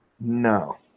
No